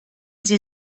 sie